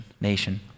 nation